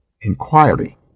inquiry